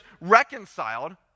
reconciled